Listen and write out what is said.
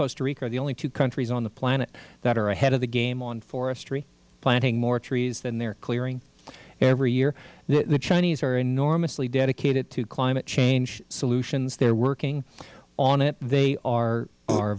costa rica are the only two countries on the planet that are ahead of the game on forestry planting more trees than they're clearing every year the chinese are enormously dedicated to climate change solutions they're working on it they are